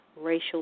racial